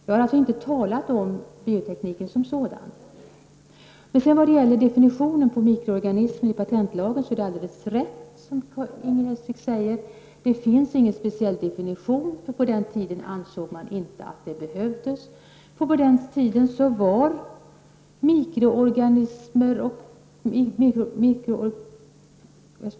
Jag har alltså inte talat om biotekniken som sådan. Vad det sedan gäller definitionen av mikroorganismer i patentlagen är det alldeles riktigt som Inger Hestvik sade att det inte finns någon speciell definition, eftersom man på den tiden ansåg att det inte behövdes någon.